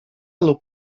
lub